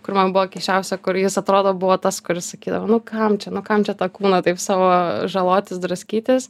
kur man buvo keisčiausia kur jis atrodo buvo tas kuris sakydavo nu kam čia nu kam čia tą kūną taip savo žalotis draskytis